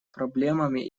проблемами